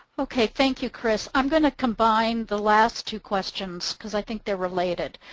okay, thank you, chris. i'm going to combine the last two questions, because i think they're related.